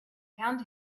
found